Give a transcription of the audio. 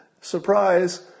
Surprise